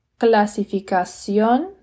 clasificación